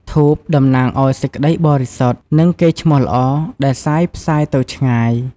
ធូប តំណាងឱ្យសេចក្ដីបរិសុទ្ធ និងកេរ្តិ៍ឈ្មោះល្អដែលសាយផ្សាយទៅឆ្ងាយ។